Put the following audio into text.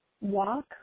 walk